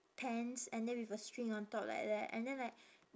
pants and then with a string on top like that and then like